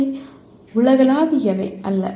அவை உலகளாவியவை அல்ல